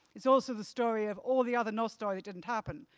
it's also the story of all the other nostoi didn't happen,